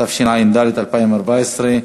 התשע"ד 2014,